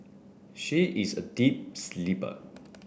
she is a deep sleeper